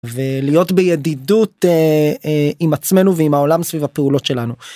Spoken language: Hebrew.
ולהיות בידידות עם עצמנו ועם העולם סביב הפעולות שלנו.